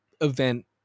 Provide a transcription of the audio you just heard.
event